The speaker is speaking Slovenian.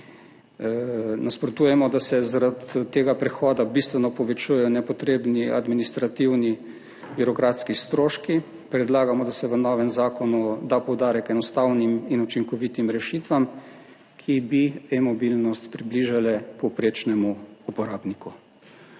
nasprotujemo, da se zaradi tega prehoda bistveno povečujejo nepotrebni administrativni birokratski stroški. Predlagamo, da se v novem zakonu da poudarek enostavnim in učinkovitim rešitvam, ki bi e-mobilnost približale povprečnemu uporabniku.